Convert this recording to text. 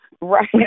Right